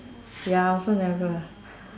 ya I also never